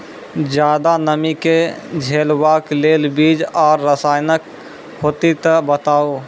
ज्यादा नमी के झेलवाक लेल बीज आर रसायन होति तऽ बताऊ?